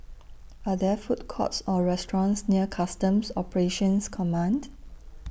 Are There Food Courts Or restaurants near Customs Operations Command